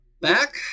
back